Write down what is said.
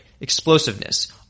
explosiveness